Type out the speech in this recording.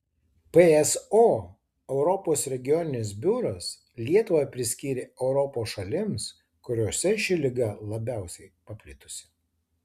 pso europos regioninis biuras lietuvą priskyrė europos šalims kuriose ši liga labiausiai paplitusi